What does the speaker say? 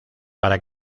para